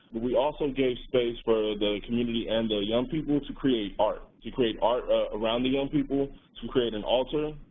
we also gave space for the community and the young people to create art, to create art around the young people, to create an altar,